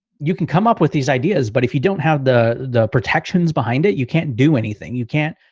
you can come up with these ideas. but if you don't have the, the protections behind it, you can't do anything. you can't,